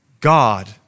God